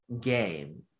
game